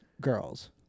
Girls